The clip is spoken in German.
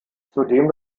zudem